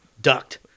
ducked